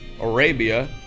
Arabia